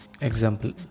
example